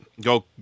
Go